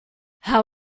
how